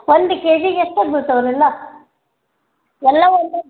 ಒಂದು ಕೆಜಿಗೆ ಎಷ್ಟಕ್ಕೆ ಬೀಳ್ತಾವೆ ಅವೆಲ್ಲ ಎಲ್ಲ ಒಂದೇ